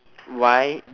why